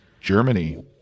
Germany